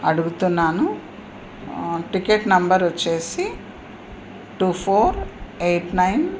అడుగుతున్నాను ticket number వచ్చేసి two four eight nine